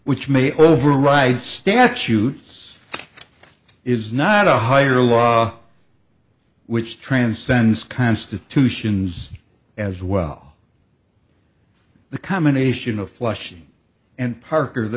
which may override statutes is not a higher law which transcends constitutions as well the combination of flushing and parker the